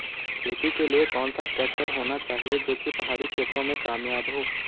खेती के लिए कौन सा ट्रैक्टर होना चाहिए जो की पहाड़ी क्षेत्रों में कामयाब हो?